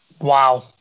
Wow